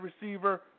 receiver